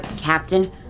Captain